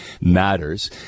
matters